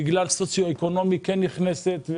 בגלל סוציו אקונומי, כן נכנסת.